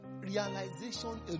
realization